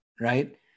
right